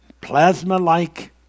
plasma-like